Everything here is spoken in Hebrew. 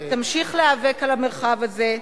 תמשיך להיאבק על המרחב הזה,